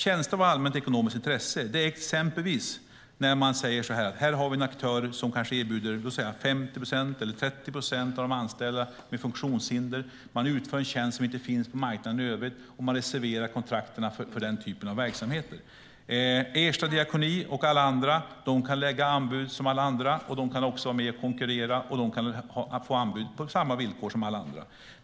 Tjänster av allmänt ekonomiskt intresse innebär exempelvis att man har en aktör som erbjuder låt oss säga 50 eller 30 procent av anställningarna till personer med funktionshinder. Man utför en tjänst som inte finns på marknaden i övrigt och reserverar kontrakten för den typen av verksamheter. Ersta diakoni kan lägga anbud som alla andra. De kan också vara med och konkurrera och få anbud på samma villkor som alla andra.